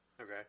Okay